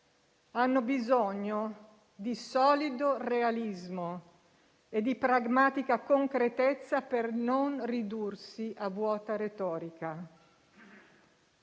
hanno bisogno di solido realismo e di pragmatica concretezza per non ridursi a vuota retorica.